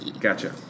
Gotcha